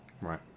Right